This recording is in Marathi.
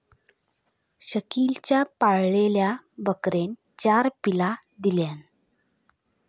शकिलच्या पाळलेल्या बकरेन चार पिल्ला दिल्यान